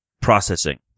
processing